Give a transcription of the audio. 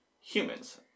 humans